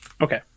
Okay